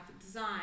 design